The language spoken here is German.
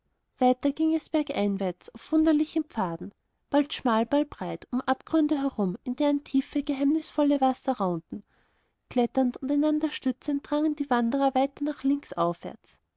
weiter ging es bergeinwärts auf wunderlichen pfaden bald schmal bald breit um abgründe herum in deren tiefe geheimnisvolle wasser raunten kletternd und einander stützend drangen die wanderer weiter nach links aufwärts